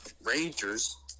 rangers